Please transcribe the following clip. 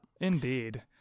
Indeed